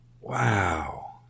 wow